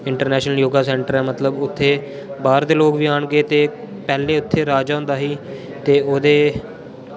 international yoga centre ऐ मतलब उत्थे बाह्र दे लोग बी आन गे ते पैह्ले उत्थे राज औंदा ही ते ओह्दे